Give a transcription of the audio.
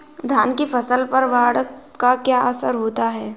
धान की फसल पर बाढ़ का क्या असर होगा?